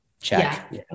check